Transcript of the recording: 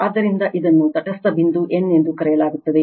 ಆದ್ದರಿಂದ ಇದನ್ನು ತಟಸ್ಥ ಬಿಂದು n ಎಂದು ಕರೆಯಲಾಗುತ್ತದೆ